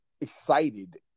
excited